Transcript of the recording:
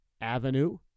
avenue